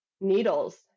needles